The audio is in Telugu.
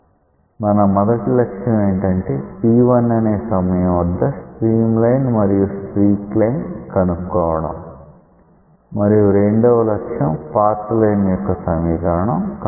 మన మొదటి లక్ష్యం ఏమిటంటే t1 అనే సమయం వద్ద స్ట్రీమ్ లైన్ మరియు స్ట్రీక్ లైన్ కనుక్కోవడం మరియు రెండవ లక్ష్యం పాత్ లైన్ యొక్క సమీకరణం కనుక్కోవడం